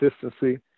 consistency